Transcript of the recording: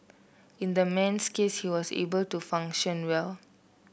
in the man's case he was able to function well